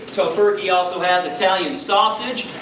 tofurky also has italian sausage,